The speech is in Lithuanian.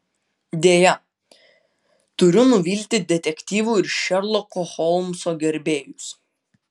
deja turiu nuvilti detektyvų ir šerloko holmso gerbėjus